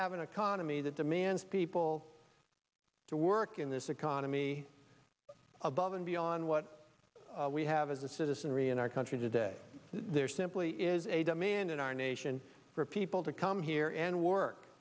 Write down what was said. have an economy that demands people to work in this economy above and beyond what we have as a citizenry in our country today there simply is a demand in our nation for people to come here and work